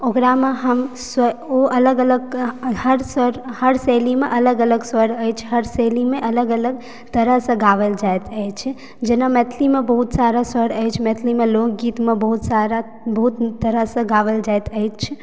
ओकरामे हम स्व ओ अलग अलग हर स्वर हर शैलीमे अलग अलग स्वर अछि हर शैलीमे अलग अलग तरहसँ गाबल जाइत अछि जेना मैथिलीमे बहुत सारा स्वर अछि मैथिलीमे लोकगीतमे बहुत सारा बहुत सारा तरहसँ गाबल जाइत अछि